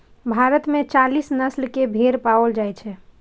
भारत मे चालीस नस्ल के भेड़ पाओल जाइ छै